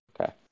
Okay